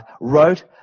wrote